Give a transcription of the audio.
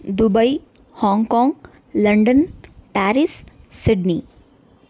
Dubai Hong Kong London Paris Sydney